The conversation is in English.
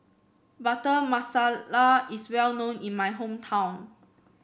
Butter Masala is well known in my hometown